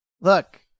Look